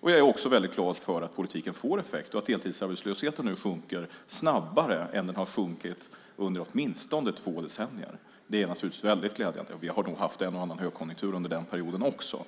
Jag är också väldigt glad för att politiken får effekt och att deltidsarbetslösheten nu sjunker snabbare än den har sjunkit under åtminstone två decennier. Det är naturligtvis väldigt glädjande. Vi har nog haft en och annan högkonjunktur under den perioden också.